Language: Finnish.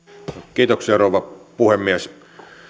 kiitoksia rouva puhemies